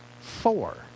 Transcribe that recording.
Four